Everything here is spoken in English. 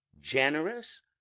generous